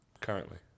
Currently